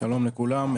--- שלום לכולם,